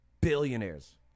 billionaires